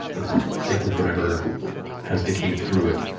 you know, thick with whatever has decayed through it.